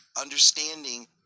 understanding